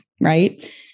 right